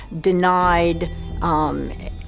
denied